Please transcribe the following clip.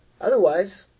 Otherwise